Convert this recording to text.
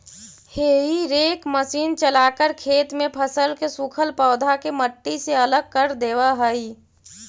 हेई rake machine चलाकर खेत में फसल के सूखल पौधा के मट्टी से अलग कर देवऽ हई